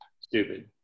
stupid